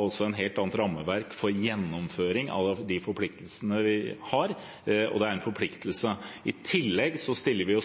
også et helt annet rammeverk for gjennomføring av de forpliktelsene vi har – og det er en forpliktelse. I tillegg stiller vi